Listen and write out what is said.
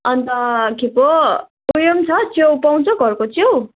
अन्त के पो उयो पनि छ च्याउ पाउँछ घरको च्याउ